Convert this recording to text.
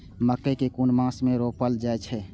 मकेय कुन मास में रोपल जाय छै?